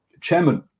chairman